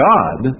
God